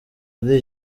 muri